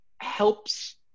helps